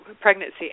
pregnancy